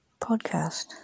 podcast